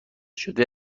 شده